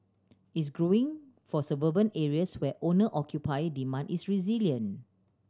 is growing for suburban areas where owner occupier demand is resilient